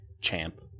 champ